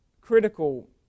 critical